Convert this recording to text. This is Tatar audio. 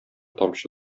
тамчы